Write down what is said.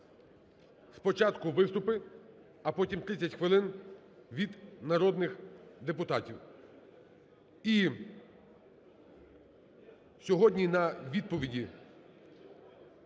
спочатку виступи, а потім 30 хвилин від народних депутатів.